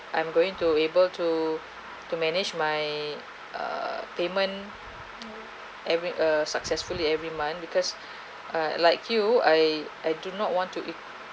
I'm going to able to to manage my err payment every uh successfully every month because uh like you I I do not want to err